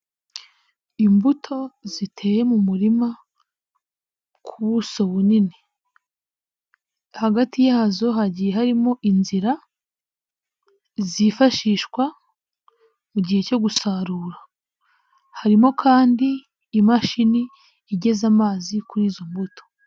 Imbuto ziteye mu murima ku buso bunini, hagati yazo hagiye harimo inzira zifashishwa mu gihe cyo gusarura, harimo kandi imashini igeza amazi kuri izo mbuto.